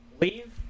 leave